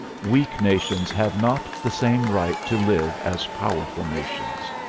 weak nations have not the same right to live as powerful. nations.